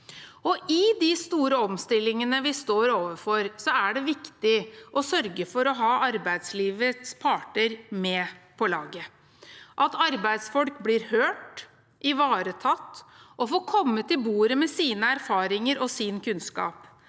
I de store omstillingene vi står overfor, er det viktig å sørge for å ha arbeidslivets parter med på laget, og at arbeidsfolk blir hørt, blir ivaretatt og får komme til bordet med sine erfaringer og sin kunnskap.